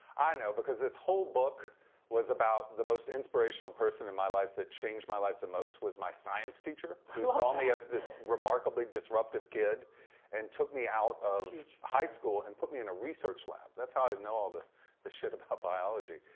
i know because this whole book was about the most inspirational person in my life that changed my life the most was my science teacher who saw me as this remarkably disruptive kid and took me out of high school and put me in a research lab. that's i know all this shit about biology.